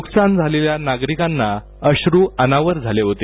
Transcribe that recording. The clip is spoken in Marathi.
नुकसान झालेल्या नागरीकांना अश्र अनावर झाले होते